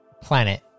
planet